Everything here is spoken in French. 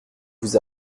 vous